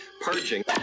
purging